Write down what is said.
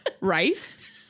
rice